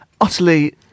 Utterly